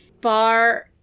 bar